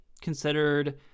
considered